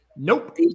Nope